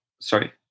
sorry